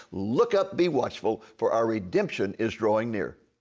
look up, be watchful, for our redemption is drawing near.